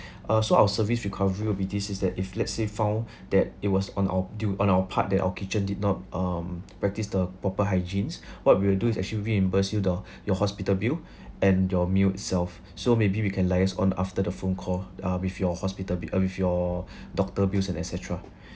uh so our service recovery will be this is that if let's say we found that it was on our due on our part that our kitchen did not um practice the proper hygienes what we'll do is actually reimburse you the your hospital bill and your meal itself so maybe we can liase on after the phone call uh with your hospital bill uh with your doctor bills and et cetera